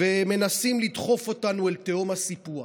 ומנסים לדחוף אותנו אל תהום הסיפוח,